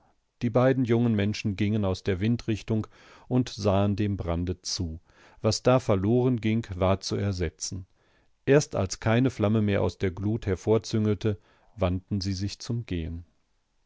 die beiden jungen menschen gingen aus der windrichtung und sahen dem brande zu was da verlorenging war zu ersetzen erst als keine flamme mehr aus der glut hervorzüngelte wandten sie sich zum gehen